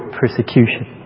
persecution